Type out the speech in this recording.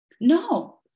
No